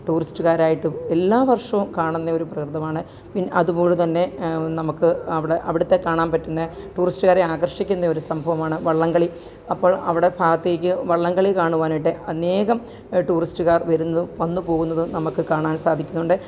ടൂറിസ്റ്റുകാരായിട്ടു എല്ലാ വര്ഷവും കാണുന്നൊരു പ്രകൃതമാണ് അതുപോലെ തന്നെ നമുക്ക് അവിടെ അവിടുത്തെ കാണാന് പറ്റുന്ന ടൂറിസ്റ്റുകാരെ ആകര്ഷിക്കുന്ന ഒരു സംഭവമാണ് വള്ളംകളി അപ്പോൾ അവിടെ ഭാഗത്തേക്കു വള്ളംകളി കാണുവാനായിട്ട് അനേകം ടൂറിസ്റ്റുകാര് വരുന്ന വന്നു പോകുന്നത് നമുക്ക് കാണാന് സാധിക്കുന്നുണ്ട്